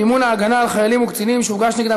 מימון ההגנה על חיילים וקצינים שהוגש נגדם